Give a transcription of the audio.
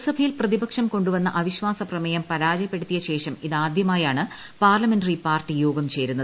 ലോക്സഭയിൽ പ്രതിപക്ഷം കൊണ്ടുവന്ന അവിശ്വാസ പ്രമേയം പരാജയപ്പെടുത്തിയ ശേഷം ഇതാദ്യമായാണ് പാർലമെന്ററി പാർട്ടി യോഗം ചേരുന്നത്